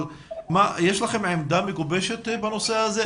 אבל יש לכם עמדה מגובשת בנושא הזה?